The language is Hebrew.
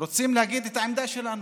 רוצים להגיד את העמדה שלנו.